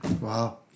Wow